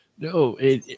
No